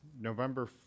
November